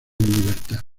libertad